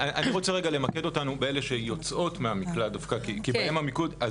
אני רוצה למקד אותנו רגע באלה שיוצאות מהמקלט דווקא כי בהן המיקוד.